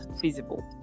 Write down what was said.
feasible